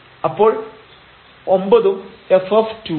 അപ്പോൾ 9 ഉം f ഉം